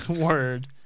word